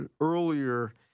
earlier